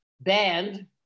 banned